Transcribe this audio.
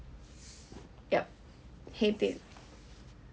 ya hate it